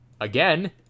again